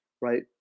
right